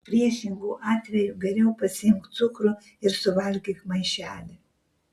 priešingu atveju geriau pasiimk cukrų ir suvalgyk maišelį